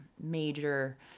major